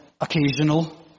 occasional